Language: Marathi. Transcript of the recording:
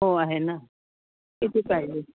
हो आहे ना किती पाहिजे